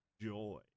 joy